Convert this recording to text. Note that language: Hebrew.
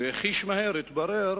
חיש מהר התברר